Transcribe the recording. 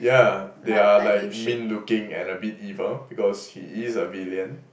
ya they are like mean looking and a bit evil because he is a villain